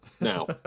Now